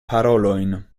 parolojn